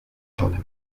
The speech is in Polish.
tonem